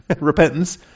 Repentance